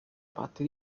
patti